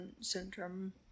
syndrome